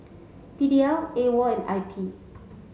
P D L AWOL and I P